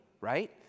right